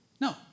No